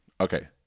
Okay